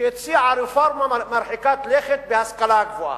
שהציעה רפורמה מרחיקת לכת בהשכלה הגבוהה.